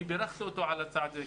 אני בירכתי אותו על הצעד הזה.